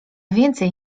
więcej